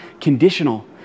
conditional